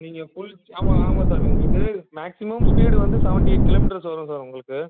நீங்கள் ஃபுல் ஆமாம் ஆமாம் சார் உங்களுக்கு மேக்ஸிமம் ஸ்பீடு வந்து செவன்ட்டி எயிட் கிலோ மீட்டர்ஸ் வரும் சார் உங்களுக்கு